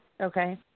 Okay